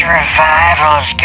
revivals